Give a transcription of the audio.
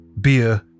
beer